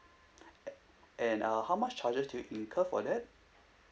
and uh how much charges do you incur for that